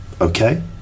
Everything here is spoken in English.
Okay